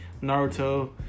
Naruto